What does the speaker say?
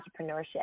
entrepreneurship